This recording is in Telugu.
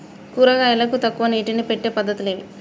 కూరగాయలకు తక్కువ నీటిని పెట్టే పద్దతులు ఏవి?